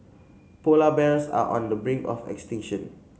polar bears are on the brink of extinction